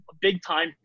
big-time